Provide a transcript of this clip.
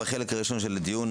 בחלק הראשון של הדיון,